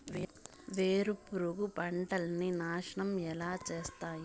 వేరుపురుగు పంటలని నాశనం ఎలా చేస్తాయి?